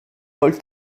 paul